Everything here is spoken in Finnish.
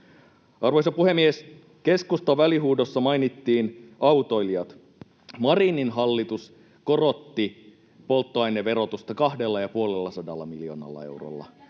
Arvoisa puhemies! Keskustan välihuudossa mainittiin autoilijat. Marinin hallitus korotti polttoaineverotusta 250 miljoonalla eurolla.